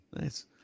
nice